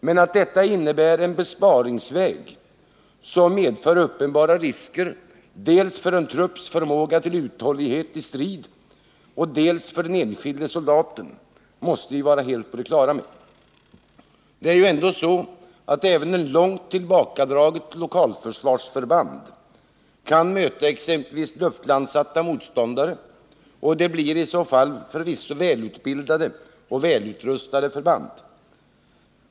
Men att detta innebär en besparingsväg som medför uppenbara risker dels för en trupps förmåga till uthållighet i strid, dels för den enskilde soldaten, måste vi vara helt på det klara med. Även ett långt tillbakadraget lokalförsvarsförband kan möta exempelvis luftlandsatta motståndare — och det blir i så fall förvisso välutbildade och välutrustade förband.